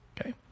Okay